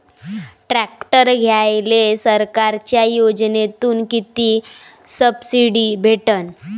Tractor घ्यायले सरकारच्या योजनेतून किती सबसिडी भेटन?